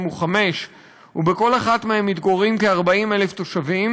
הוא 5 ובכל אחת מהן מתגוררים כ-40,000 תושבים,